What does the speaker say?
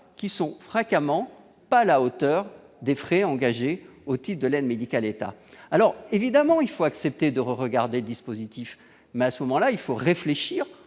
qui sont fréquemment pas à la hauteur des frais engagés au type de l'aide médicale État alors évidemment il faut accepter de regarder dispositif massivement là il faut réfléchir